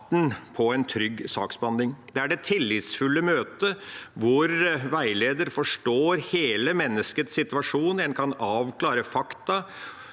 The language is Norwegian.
på en trygg saksbehandling. Det er det tillitsfulle møtet hvor veileder forstår hele menneskets situasjon. En kan avklare fakta,